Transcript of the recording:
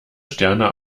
sterne